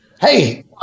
Hey